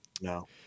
no